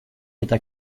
eta